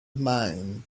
mine